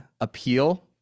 appeal